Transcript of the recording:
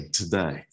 today